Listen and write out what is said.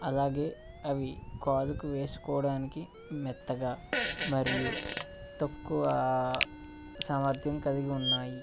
అలాగే అవి కాలుకి వేసుకోవడానికి మొత్తగా మరియు తక్కువ సామర్థ్యం కలిగి ఉన్నాయి